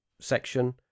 section